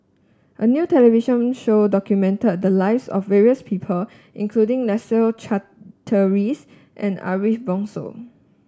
a new television show documented the lives of various people including Leslie Charteris and Ariff Bongso